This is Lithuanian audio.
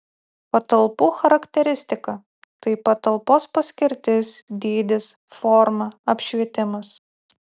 patalpų charakteristika tai patalpos paskirtis dydis forma apšvietimas